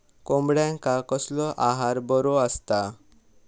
कोंबड्यांका कसलो आहार बरो असता?